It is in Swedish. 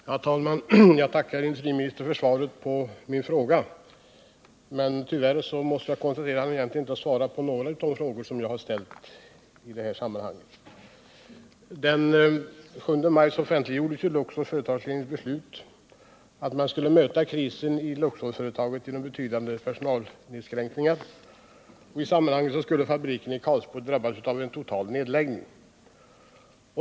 Herr talman! Jag tackar industriministern för svaret, men tyvärr måste jag Tisdagen den konstatera att han egentligen inte har svarat på någon av de frågor som jag har 22 maj 1979 ställt. Den 7 maj offentliggjordes Luxors företagslednings beslut att möta krisen i Om sysselsättningföretaget med betydande personalinskränkningar. I det sammanhanget en i Karlsborg och skulle fabriken i Karlsborg drabbas av en total nedläggning.